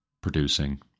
producing